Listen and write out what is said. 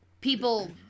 people